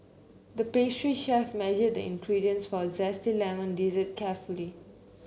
the pastry chef measured the ingredients for a zesty lemon dessert carefully